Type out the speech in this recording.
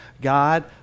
God